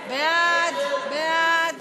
ההסתייגות של קבוצת סיעת